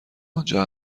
آنجا